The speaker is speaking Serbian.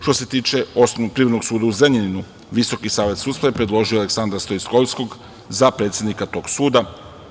Što se tiče Privrednog suda u Zrenjaninu, Visoki savet sudstva je predložio Aleksandra Stoiljkovskog za predsednika tog suda.